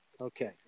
Okay